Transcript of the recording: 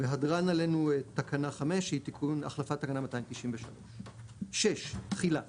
והדרן עלינו תקנה 5 שהיא תיקון החלפת תקנה 293. 6. תחילה